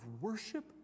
worship